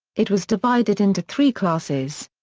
it was divided into three classes.